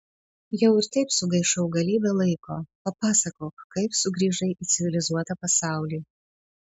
jau ir taip sugaišau galybę laiko papasakok kaip sugrįžai į civilizuotą pasaulį